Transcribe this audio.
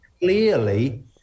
clearly